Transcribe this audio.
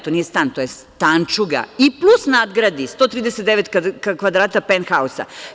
To nije stan, to je stančuga i plus nadgradi 139 kvadrata pent hausa.